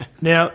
Now